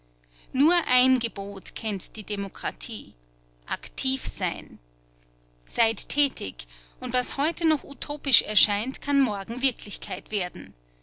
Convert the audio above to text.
nur ein gebot kennt die demokratie aktiv sein seid tätig und was heute noch utopisch erscheint kann morgen wirklichkeit werden